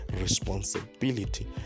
responsibility